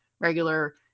regular